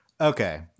Okay